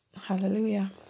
Hallelujah